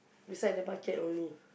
beside the bucket only